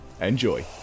Enjoy